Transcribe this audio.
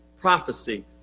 prophecy